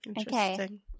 Okay